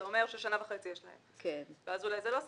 זה אומר ששנה וחצי יש להם ואז אולי זה לא סביר.